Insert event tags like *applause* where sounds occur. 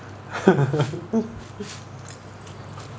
*laughs*